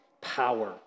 power